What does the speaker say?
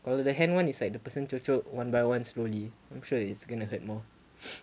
well with the hand [one] it's like the person cucuk one by one slowly I'm sure it's gonna hurt more